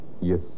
Yes